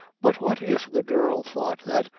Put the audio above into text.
but what if the girl thought that,